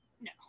No